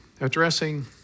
addressing